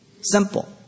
Simple